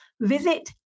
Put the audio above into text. Visit